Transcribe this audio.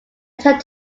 attempt